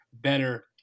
better